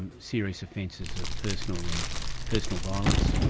um serious offences of personal and personal violence,